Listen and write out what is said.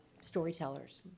storytellers